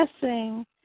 blessing